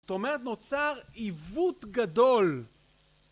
זאת אומרת נוצר עיוות גדול